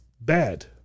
bad